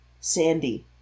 Sandy